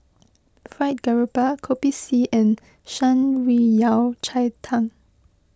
Fried Garoupa Kopi C and Shan Rui Yao Cai Tang